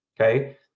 okay